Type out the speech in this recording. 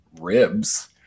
ribs